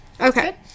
Okay